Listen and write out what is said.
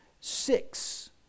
Six